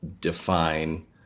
define